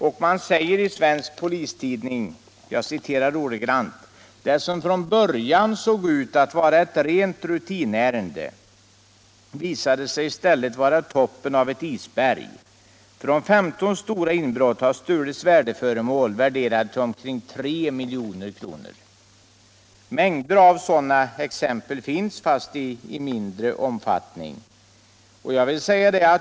Om detta berättas i tidskriften Svensk Polis: ”Det som från början såg ut att vara ett rent rutinärende visade sig istället bara vara toppen av ett isberg. Från 15 stora inbrott har stulits värdeföremål värderade till omkring 3 miljoner kronor.” Mängder av sådana exempel fast med mindre omfattning finns.